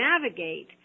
navigate